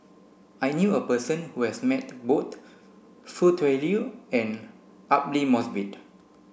I knew a person who has met both Foo Tui Liew and Aidli Mosbit